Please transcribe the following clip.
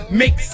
mix